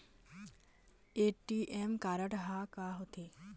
ATM card हा का होते?